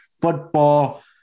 football